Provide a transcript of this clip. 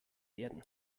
werden